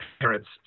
parent's